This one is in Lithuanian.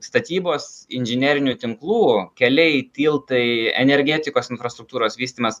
statybos inžinerinių tinklų keliai tiltai energetikos infrastruktūros vystymas